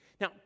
Now